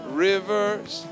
rivers